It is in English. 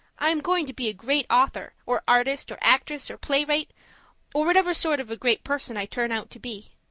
i am going to be a great author, or artist, or actress, or playwright or whatever sort of a great person i turn out to be.